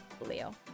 Leo